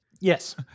Yes